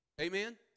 Amen